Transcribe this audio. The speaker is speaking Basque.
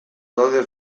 daude